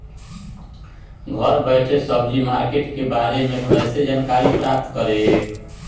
घर बैठे सब्जी मार्केट के बारे में कैसे जानकारी प्राप्त करें?